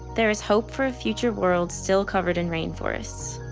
there is hope for a future world still covered in rainforests.